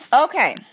Okay